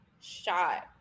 shot